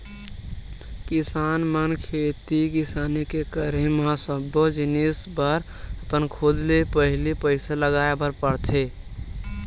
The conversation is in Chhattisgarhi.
किसान मन खेती किसानी के करे म सब्बो जिनिस बर अपन खुदे ले पहिली पइसा लगाय बर परथे